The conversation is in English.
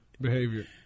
Behavior